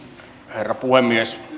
herra puhemies